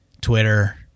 Twitter